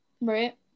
right